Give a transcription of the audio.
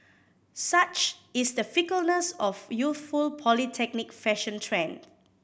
such is the fickleness of youthful polytechnic fashion trend